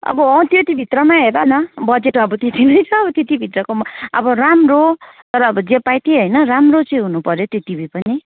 अब अँ त्यति भित्रमा हेर न बजेट अब त्यति नै छ अब त्यति भित्रको अब राम्रो तर अब जे पायो त्यही होइन राम्रो चाहिँ हुनु पऱ्यो त्यो टिभी पनि